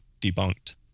debunked